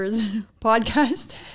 podcast